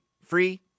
free